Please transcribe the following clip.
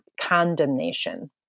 condemnation